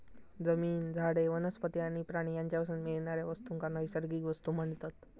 जमीन, झाडे, वनस्पती आणि प्राणी यांच्यापासून मिळणाऱ्या वस्तूंका नैसर्गिक वस्तू म्हणतत